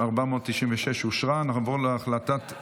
עשרה בעד, אין